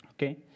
Okay